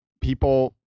people